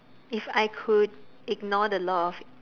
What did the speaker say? if I could ignore the law of